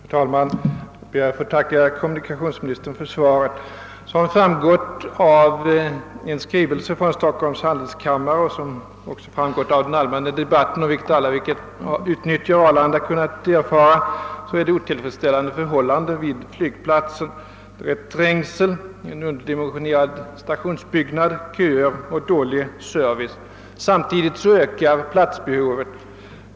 Herr talman! Jag ber att få tacka kommunikationsministern för svaret. Som framgått av en skrivelse från Stockholms handelskammare är förhållandena vid flygplatsen Arlanda icke tillfredsställande. Alla som utnyttjar Arlanda har också kunnat erfara det, i den mån det inte framgått av den allmänna debatten. Där råder trängsel på grund av att stationsbyggnaden är underdimensionerad. Där bildas köer, och servicen är dålig. Samtidigt ökar platsbehovet.